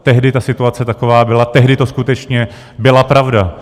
Tehdy ta situace taková byla, tehdy to skutečně byla pravda.